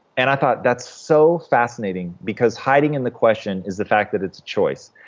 and i thought, that's so fascinating. because hiding in the question is the fact that it's a choice,